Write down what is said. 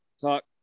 talk